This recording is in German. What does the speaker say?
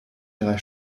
drei